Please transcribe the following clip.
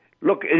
Look